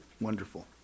wonderful